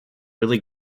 really